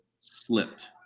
slipped